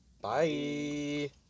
Bye